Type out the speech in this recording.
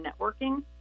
networking